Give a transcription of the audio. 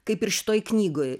kaip ir šitoj knygoj